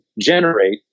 generate